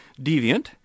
deviant